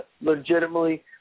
legitimately